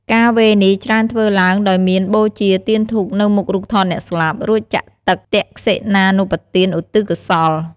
ការវេរនេះច្រើនធ្វើឡើងដោយមានបូជាទៀនធូបនៅមុខរូបថតអ្នកស្លាប់ រួចចាក់ទឹកទក្សិណានុប្បទានឧទ្ទិសកុសល។